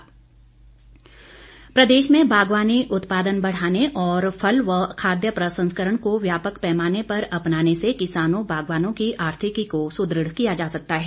महेंद्र सिंह प्रदेश में बागवानी उत्पादन बढ़ाने और फल व खाद्य प्रसंस्करण को व्यापक पैमाने पर अपनाने से किसानों बागवानों की आर्थिकी को सुदृढ़ किया जा सकता है